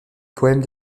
poèmes